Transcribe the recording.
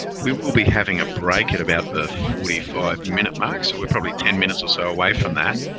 we will be having a break at about the forty five minute mark, so we're probably ten minutes or so away from that.